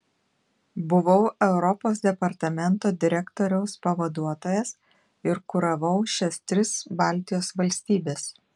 buvau europos departamento direktoriaus pavaduotojas ir kuravau šias tris baltijos valstybes